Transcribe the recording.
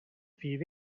vier